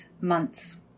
months